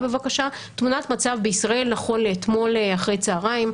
תמונת מצב בישראל נכון לאתמול אחר הצהריים.